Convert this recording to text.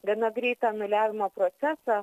gana greitą anuliavimo procesą